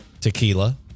tequila